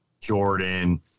Jordan